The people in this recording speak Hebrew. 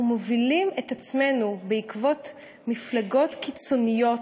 אנחנו מובילים את עצמנו בעקבות מפלגות קיצוניות.